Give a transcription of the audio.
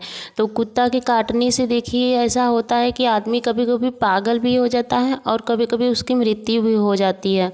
तो कुत्ता के काटने से देखिए ऐसा होता है कि आदमी कभी कभी पागल भी हो जाता है और कभी कभी उसकी मृत्यु भी हो जाती है